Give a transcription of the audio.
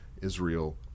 Israel